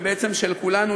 ובעצם של כולנו,